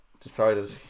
decided